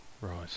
right